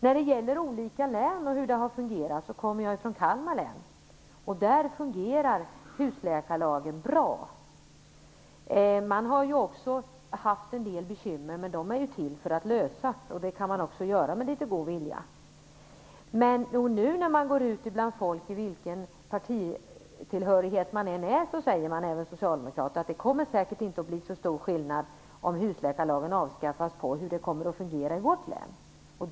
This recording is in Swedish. När det gäller hur husläkarlagen har fungerat i olika län kan jag tala om att i Kalmar län, som jag kommer från, fungerar den bra. Man har haft en del bekymmer, men problem är ju till för att lösas. Det kan man också göra med litet god vilja. När man nu går ut bland människor och frågar - vilken partitillhörighet de än har, även socialdemokrater - säger de att det säkert inte kommer att bli så stor skillnad när det gäller hur det kommer att fungera i vårt län om husläkarlagen avskaffas.